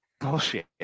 Bullshit